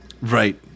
Right